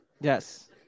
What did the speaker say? Yes